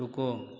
रुको